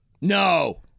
No